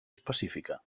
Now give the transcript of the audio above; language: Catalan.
específica